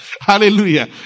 Hallelujah